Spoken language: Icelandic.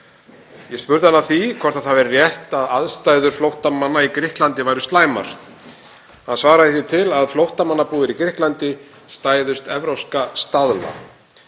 Ég spurði hann að því hvort það væri rétt að aðstæður flóttamanna í Grikklandi væru slæmar. Hann svaraði því til að flóttamannabúðir í Grikklandi stæðust evrópska staðla.